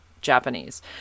Japanese